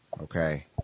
Okay